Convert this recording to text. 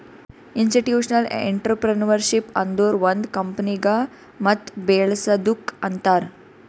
institutional intrapreneurship ಅಂದುರ್ ಒಂದ್ ಕಂಪನಿಗ ಮತ್ ಬೇಳಸದ್ದುಕ್ ಅಂತಾರ್